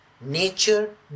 nature